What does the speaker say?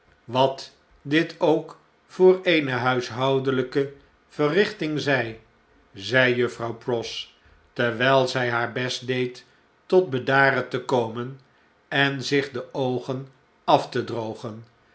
wat dit ook voor eene huishoudelpeverrichting zg zei juffrouw pross terwijl z'jj haar best deed tot bedaren te komen en zich de oogen af te x drogen